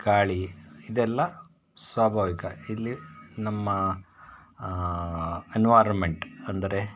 ಗಾಳಿ ಇದೆಲ್ಲ ಸ್ವಾಭಾವಿಕ ಇಲ್ಲಿ ನಮ್ಮ ಎನ್ವಾರನ್ಮೆಂಟ್ ಅಂದರೆ